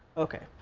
okay,